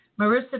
Marissa